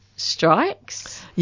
Strikes